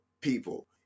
people